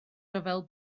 ryfel